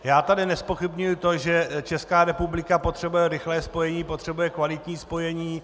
Já tady nezpochybňuji to, že Česká republika potřebuje rychlé spojení, potřebuje kvalitní spojení.